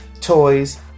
toys